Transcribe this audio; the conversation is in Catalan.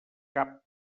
cap